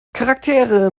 charaktere